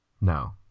No